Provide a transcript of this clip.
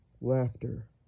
laughter